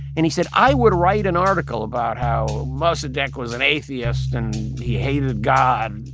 and he said, i would write an article about how mossadegh was an atheist, and he hated god.